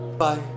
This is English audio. bye